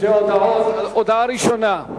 שתי הודעות: הודעה ראשונה,